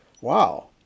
wow